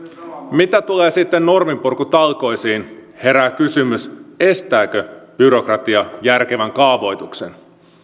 mitä tulee sitten norminpurkutalkoisiin herää kysymys estääkö byrokratia järkevän kaavoituksen